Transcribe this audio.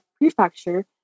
Prefecture